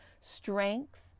strength